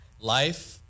Life